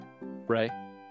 Ray